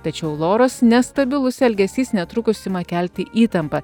tačiau loros nestabilus elgesys netrukus ima kelti įtampą